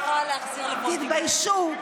תתביישו.